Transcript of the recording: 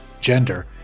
gender